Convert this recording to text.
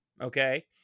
okay